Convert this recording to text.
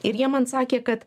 ir jie man sakė kad